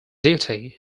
duty